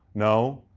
no.